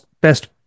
best